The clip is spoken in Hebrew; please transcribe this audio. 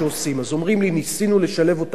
אז אומרים לי: ניסינו לשלב אותם בעבודה,